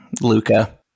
Luca